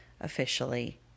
officially